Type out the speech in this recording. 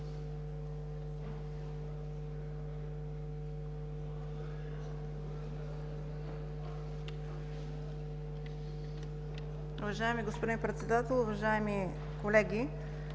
Уважаеми господин Председател, уважаеми колеги!